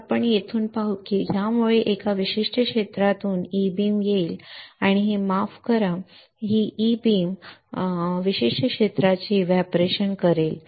तर आपण येथून पाहू या की यामुळे या विशिष्ट क्षेत्रातून ई बीम होईल आणि हे माफ करा कारण ई बीम विशिष्ट क्षेत्राचे एव्हपोरेशन करेल